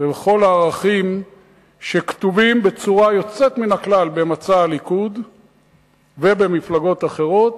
ובכל הערכים שכתובים בצורה יוצאת מן הכלל במצע הליכוד ובמפלגות אחרות,